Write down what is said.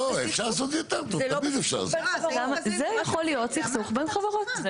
זה יכול להיות סכסוך בין חברות.